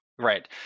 Right